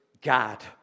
God